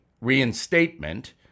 reinstatement